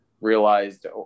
realized